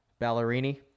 Ballerini